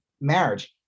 marriage